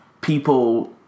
people